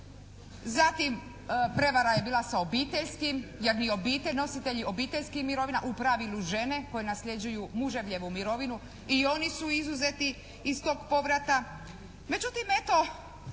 zatim prevara je bila sa obiteljskim, jer ni obitelj, nositelji obiteljskih mirovina u pravilu žene koje nasljeđuju muževljevu mirovinu i oni su izuzeti iz tog povrata, međutim eto